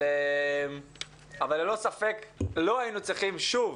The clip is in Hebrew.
אבל ללא ספק לא היינו צריכים להגיע שוב